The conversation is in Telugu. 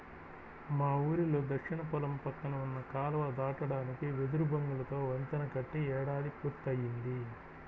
మా ఊరిలో దక్షిణ పొలం పక్కన ఉన్న కాలువ దాటడానికి వెదురు బొంగులతో వంతెన కట్టి ఏడాది పూర్తయ్యింది